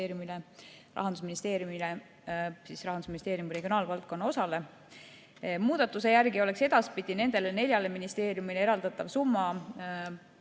Rahandusministeeriumile, täpsemalt Rahandusministeeriumi regionaalvaldkonna osale. Muudatuse järgi oleks edaspidi nendele neljale ministeeriumile eraldatav summa